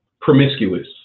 promiscuous